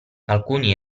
alcuni